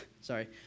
Sorry